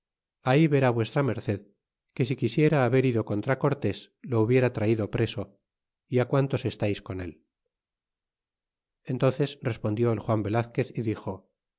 ahí verá v md que si quisiera haber ido contra cortés lo hubiera traido preso y quantos estais con él entnces respondió el juan velazquez y dixo